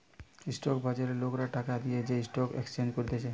stock বাজারে লোকরা টাকা দিয়ে যে স্টক এক্সচেঞ্জ করতিছে